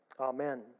Amen